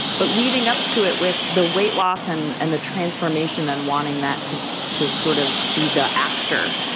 but leading up to it with the weight loss and and the transformation and wanting that to to sort of be the after.